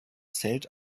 zählt